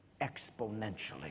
exponentially